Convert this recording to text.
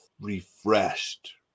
refreshed